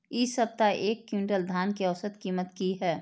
इ सप्ताह एक क्विंटल धान के औसत कीमत की हय?